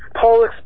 Paul